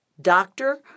doctor